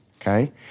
okay